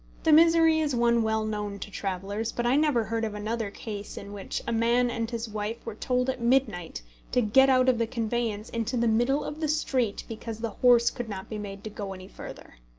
the misery is one well known to travellers, but i never heard of another case in which a man and his wife were told at midnight to get out of the conveyance into the middle of the street because the horse could not be made to go any further.